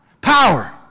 power